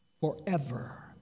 forever